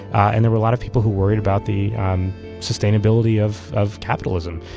and there were a lot of people who worried about the sustainability of of capitalism.